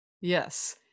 Yes